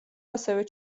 ასევე